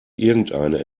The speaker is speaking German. irgendeine